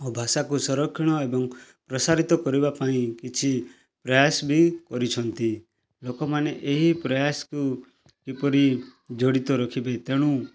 ଓ ଭାଷାକୁ ସଂରକ୍ଷଣ ଏବଂ ପ୍ରସାରିତ କରିବା ପାଇଁ କିଛି ପ୍ରୟାସ ବି କରିଛନ୍ତି ଲୋକମାନେ ଏହି ପ୍ରୟାସକୁ କିପରି ଜଡ଼ିତ ରଖିବେ ତେଣୁ